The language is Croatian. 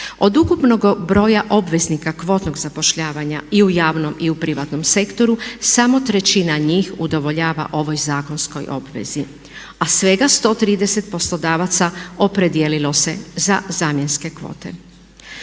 Od ukupnog broja obveznika kvotnog zapošljavanja i u javnom i u privatnom sektoru samo trećina njih udovoljava ovoj zakonskoj obvezi, a svega 130 poslodavaca opredijelilo se za zamjenske kvote.